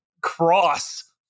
cross